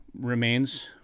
remains